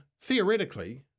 theoretically